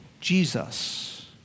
Jesus